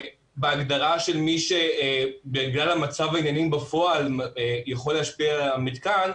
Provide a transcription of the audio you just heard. בהגדרה של מי שבגלל מצב העניינים בפועל יכול להשפיע על המתקן,